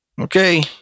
Okay